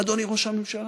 אדוני ראש הממשלה?